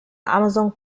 amazon